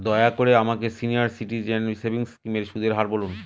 দয়া করে আমাকে সিনিয়র সিটিজেন সেভিংস স্কিমের সুদের হার বলুন